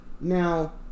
now